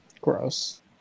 Gross